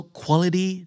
quality